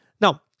now